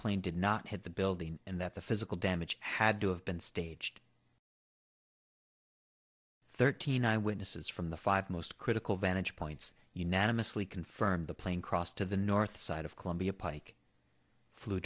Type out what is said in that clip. plane did not hit the building and that the physical damage had to have been staged thirteen eyewitnesses from the five most critical vantage points unanimously confirmed the plane crossed to the north side of columbia pike flew